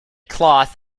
cloth